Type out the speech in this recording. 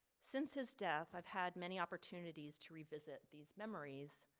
since his death, i've had many opportunities to revisit these memories,